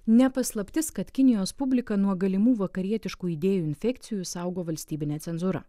ne paslaptis kad kinijos publiką nuo galimų vakarietiškų idėjų infekcijų saugo valstybinė cenzūra